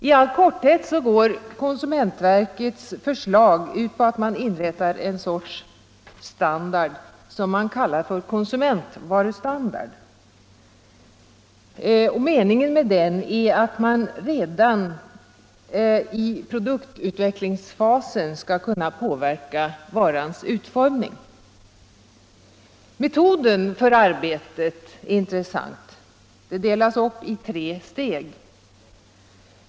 I all korthet går konsumentverkets förslag ut på att man inrättar en sorts standard som man kallar konsumentvarustandard. Meningen är att man redan i produktutvecklingsfasen skall kunna påverka varans utformning. Metoden för arbetet är intressant. Den delas upp i tre steg.